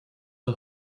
the